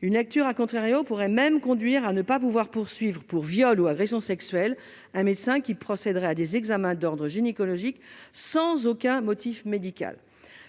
Une lecture pourrait même conduire à ne pas pouvoir poursuivre pour viol ou agression sexuelle un médecin qui procéderait à des examens d'ordre gynécologique sans aucun motif médical.